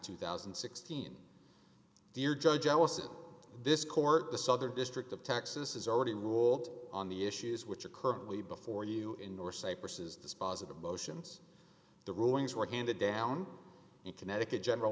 two thousand and sixteen dear judge allison this court the southern district of texas has already ruled on the issues which are currently before you in or cyprus is this positive motions the rulings were handed down in connecticut general